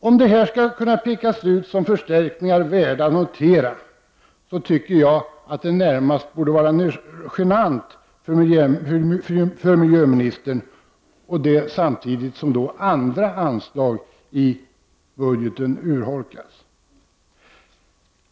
Om detta skall kunna pekas ut som förstärkningar värda att notera tycker jag att det närmast borde vara genant för miljöministern, detta samtidigt som andra anslag i budgeten urholkas.